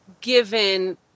given